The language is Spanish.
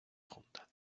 juntan